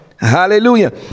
Hallelujah